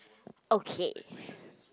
okay